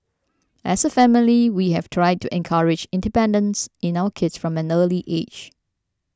as a family we have tried to encourage independence in our kids from an early age